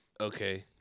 Okay